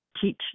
teach